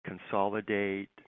consolidate